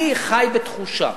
אני חי בתחושה,